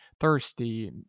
thirsty